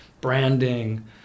branding